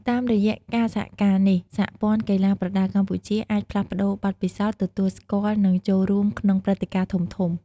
តាមរយៈការសហការនេះ សហព័ន្ធកីឡាប្រដាល់កម្ពុជាអាច ផ្លាស់ប្ដូរបទពិសោធន៍ ទទួលស្គាល់ និងចូលរួមក្នុងព្រឹត្តិការណ៍ធំៗ។